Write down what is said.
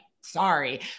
sorry